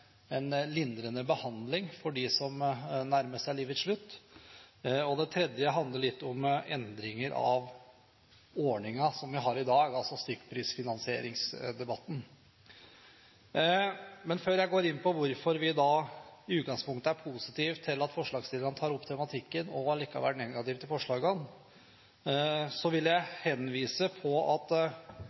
en generell verdighet ved livets slutt. Det andre handler om lindrende behandling for dem som nærmer seg livets slutt, og det tredje handler litt om endring av den ordningen som vi har i dag, altså om stykkprisfinansieringsdebatten. Før jeg går inn på hvorfor vi i utgangspunktet er positive til at forslagsstillerne tar opp tematikken, og allikevel er negative til forslagene, vil jeg henvise til at